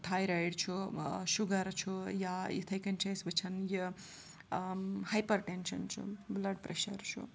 thyroid چھُ sugar چھُ یا یِتھَے کٔنۍ چھِ أسۍ وٕچھان یہِ ہایپَر ٹٮ۪نشَن چھُ بٕلَڈ پرٛٮ۪شَر چھُ